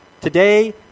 Today